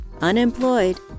unemployed